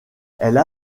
elles